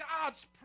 God's